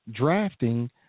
drafting